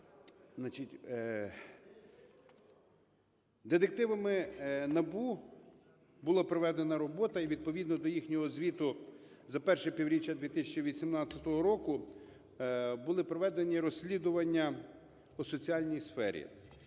Детективами НАБУ була проведена робота і відповідно до їхнього звіту за перше півріччя 2018 року були проведені розслідування у соціальній сфері.